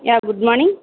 ya good morning